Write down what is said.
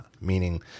meaning